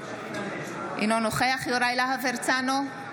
אינו נוכח יוראי להב הרצנו,